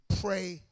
pray